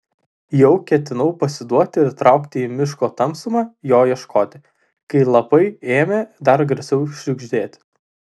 jau ketinau pasiduoti ir traukti į miško tamsumą jo ieškoti kai lapai ėmė dar garsiau šiugždėti